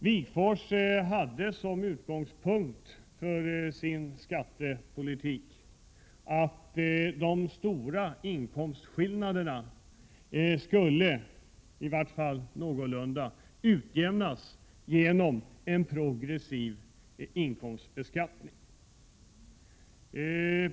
Wigforss hade som utgångspunkt för sin skattepolitik att de stora inkomstskillnaderna skulle i vart fall någorlunda utjämnas genom en progressiv inkomstbeskattning.